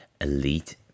elite